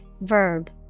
verb